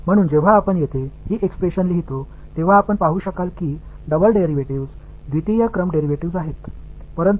மாணவர் எனவே இந்த வெளிப்பாட்டை நாம் இங்கு எழுதும்போது இரட்டை டிரைவேடிவ்கள் இரண்டாவது வரிசை டிரைவேடிவ்கள் இருப்பதை நீங்கள் காணலாம்